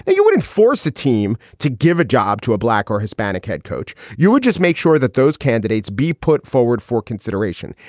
and you would enforce a team to give a job to a black or hispanic head coach. you would just make sure that those candidates be put forward for consideration.